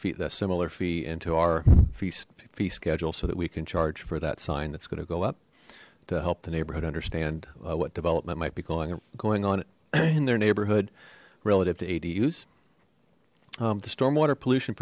less similar fee into our feast feast schedule so that we can charge for that sign that's going to go up to help the neighborhood understand what development might be going going on in their neighborhood relative to ad use the stormwater pollution